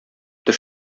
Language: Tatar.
теш